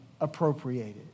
appropriated